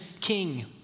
king